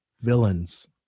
villains